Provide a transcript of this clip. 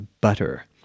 butter